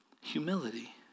Humility